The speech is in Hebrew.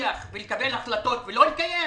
להבטיח ולקבל החלטות ולא לקיים?